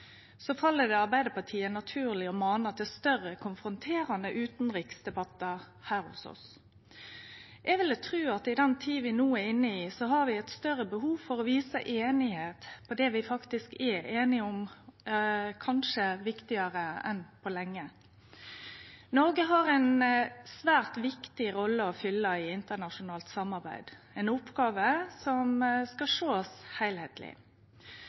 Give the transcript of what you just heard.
Arbeidarpartiet naturleg å mane til større konfronterande utanriksdebattar her hos oss. Eg ville tru at i den tida vi no er inne i, hadde vi hatt eit større behov for å vise einigheit for det vi faktisk er einige om – kanskje viktigare enn på lenge. Noreg har ei svært viktig rolle å fylle i internasjonalt samarbeid. Det er ei oppgåve som skal sjåast